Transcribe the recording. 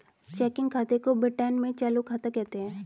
checking खाते को Britain में चालू खाता कहते हैं